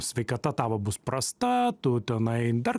sveikata tavo bus prasta tu tenai dar